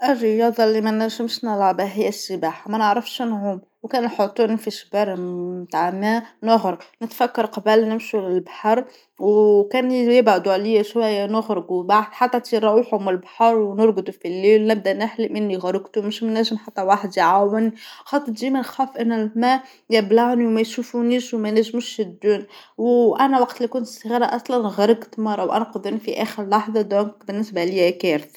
الرياضة اللي ما نجمش نلعبها هي السباحة، ما نعرفش نعوم وكانوا يحطونى في شبر بتاعنا نغرق، نتفكر قبل نمشيو للبحر وكان يبعدو عليا شوية نخرجو بحر حتى تصير نروحو من البحر ونرقدو في الليل نبدأ نحلم إني غرقت مش منجم حتى واحد يعاون، خاطر ديما نخاف ان الماء يبلغنى وميشوفونيش ومينجموش يشدونى وأنا وقت اللي كنت صغيرة أصلا غرقت مرة وأنقذونى في آخر لحظة ذهوك بالنسبة ليا كارثة.